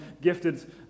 gifted